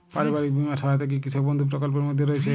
পারিবারিক বীমা সহায়তা কি কৃষক বন্ধু প্রকল্পের মধ্যে রয়েছে?